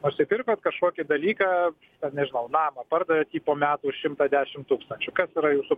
nusipirkot kažkokį dalyką ten nežinau namą pardavėt jį po metų už šimtą dešim tūkstančių kas yra jūsų